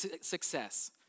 success